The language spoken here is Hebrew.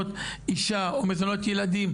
מזונות אישה או מזונות ילדים,